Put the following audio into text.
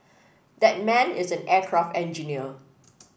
that man is an aircraft engineer